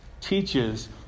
teaches